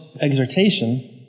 exhortation